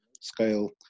scale